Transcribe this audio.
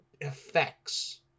effects